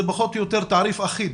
זה פחות או יותר תעריף אחיד,